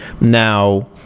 Now